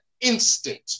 instant